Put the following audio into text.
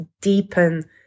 deepen